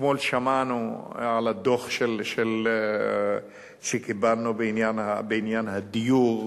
אתמול שמענו על הדוח שקיבלנו בעניין הדיור.